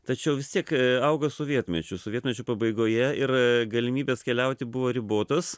tačiau vis tiek augo sovietmečiu sovietmečio pabaigoje ir galimybės keliauti buvo ribotos